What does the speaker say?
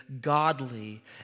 godly